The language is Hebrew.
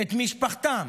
את משפחתם